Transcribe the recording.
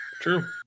True